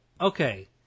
Okay